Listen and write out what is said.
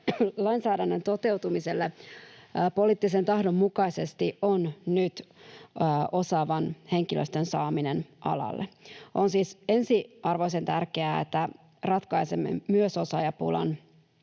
lainsäädännön toteutumiselle poliittisen tahdon mukaisesti on nyt osaavan henkilöstön saaminen alalle. On siis ensiarvoisen tärkeää, että ratkaisemme myös osaajapulan,